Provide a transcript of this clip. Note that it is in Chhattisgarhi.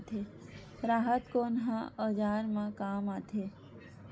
राहत कोन ह औजार मा काम आथे?